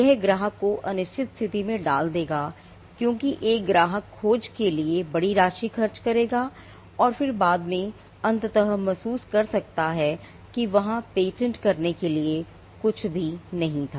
यह ग्राहक को अनिश्चित स्थिति में डाल देगा क्योंकि एक ग्राहक खोज के लिए एक बड़ी राशि खर्च करेगा और फिर बाद में अंततः महसूस कर सकता है कि वहाँ पेटेंट करने के लिए कुछ भी नहीं था